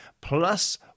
Plus